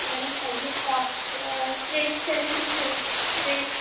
میں نے بتائی ہے کاکٹن کریپ ایسے کچھ کریپس